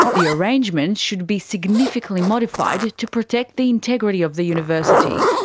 the arrangement should be significantly modified to protect the integrity of the university.